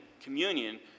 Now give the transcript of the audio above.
communion